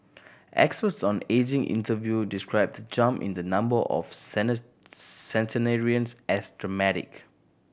experts on ageing interviewed described the jump in the number of centenarians as dramatic